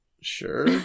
sure